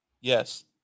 Yes